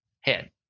head